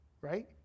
right